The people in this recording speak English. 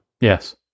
Yes